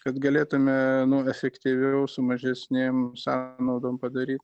kad galėtume nu efektyviau su mažesnėm sąnaudom padaryt